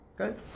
okay